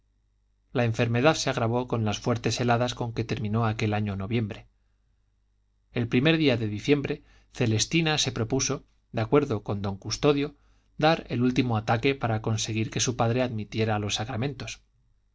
la enfermedad se agravó con las fuertes heladas con que terminó aquel año noviembre el primer día de diciembre celestina se propuso de acuerdo con don custodio dar el último ataque para conseguir que su padre admitiera los sacramentos